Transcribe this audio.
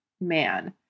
man